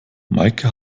meike